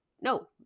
no